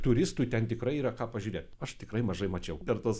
turistui ten tikrai yra ką pažiūrėt aš tikrai mažai mačiau per tuos